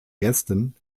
gästen